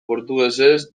portugesez